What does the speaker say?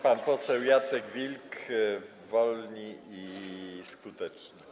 Pan poseł Jacek Wilk, Wolni i Skuteczni.